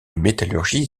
métallurgie